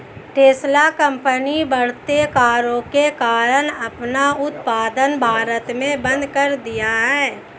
Tesla company बढ़ते करों के कारण अपना उत्पादन भारत में बंद कर दिया हैं